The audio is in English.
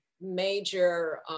major